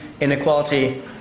Inequality